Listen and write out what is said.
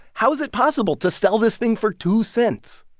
how is it possible to sell this thing for two cents?